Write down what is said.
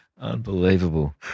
Unbelievable